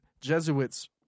Jesuits